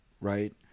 right